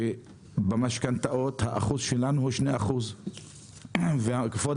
שבמשכנתאות האחוז שלנו הוא 2%. כבוד